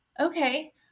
okay